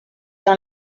dans